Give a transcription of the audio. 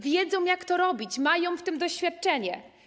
Wiedzą, jak to robić, mają w tym doświadczenie.